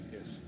Yes